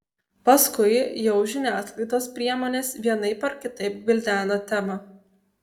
paskui jau žiniasklaidos priemonės vienaip ar kitaip gvildena temą